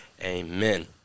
Amen